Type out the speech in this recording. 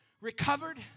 recovered